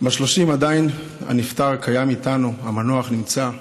בשלושים עדיין הנפטר קיים איתנו, המנוח נמצא,